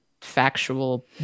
factual